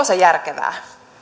se järkevää